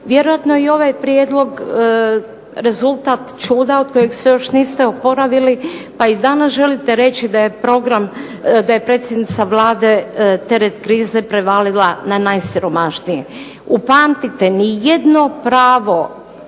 Vjerojatno je i ovaj prijedlog rezultat čuda od kojeg se još niste oporavili, pa i danas želite reći da je program, da je predsjednica Vlade teret krize prevalila na najsiromašnije. Upamtite ni jedno pravo